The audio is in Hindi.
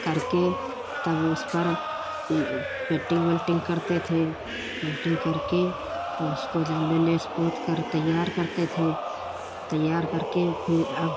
करके तब उस पर पेंटिंग वेंटिंग करते थे पेंटिंग करके तो उसको जानवर लेस पोतकर तैयार करते थे तैयार करके फिर अब